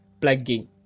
plugging